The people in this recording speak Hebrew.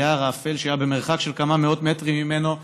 ליער האפל שהיה במרחק של כמה מאות מטרים ממנו.